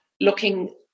looking